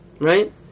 right